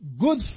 good